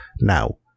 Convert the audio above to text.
now